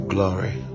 Glory